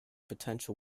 potential